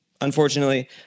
unfortunately